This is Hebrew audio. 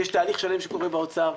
יש תהליך שלם שקורה באוצר.